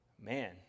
Man